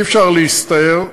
אי-אפשר להסתער,